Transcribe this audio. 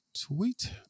tweet